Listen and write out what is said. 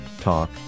Talk